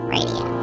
Radio